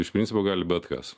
iš principo gali bet kas